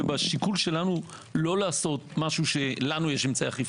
ובשיקול שלנו לא לעשות משהו שלנו יש אמצעי אכיפה,